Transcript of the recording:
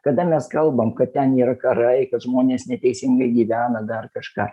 kada mes kalbam kad ten yra karai kad žmonės neteisingai gyvena dar kažką